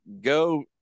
go